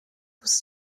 was